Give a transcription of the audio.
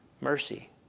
mercy